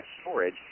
storage